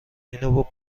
اینو